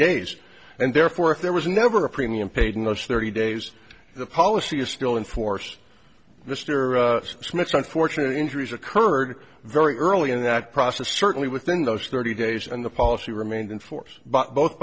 days and therefore if there was never a premium paid in those thirty days the policy is still in force mr smith's unfortunate injuries occurred very early in that process certainly within those thirty days and the policy remains in force b